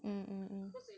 mm mm mm